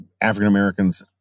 African-Americans